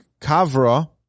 kavra